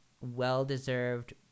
well-deserved